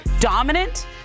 dominant